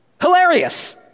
Hilarious